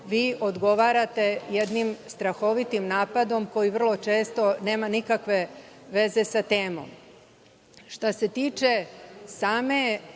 vi odgovarate jednim strahovitim napadom koji vrlo često nema nikakve veze sa temom. Što se tiče